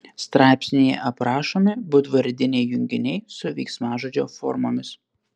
straipsnyje aprašomi būdvardiniai junginiai su veiksmažodžio formomis